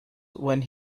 when